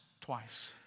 twice